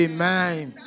Amen